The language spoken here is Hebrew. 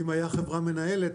אם היה חברה מנהלת,